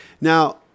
now